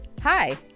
Hi